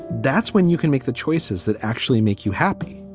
that's when you can make the choices that actually make you happy